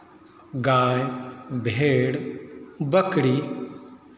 गाय भेंड़ बकरी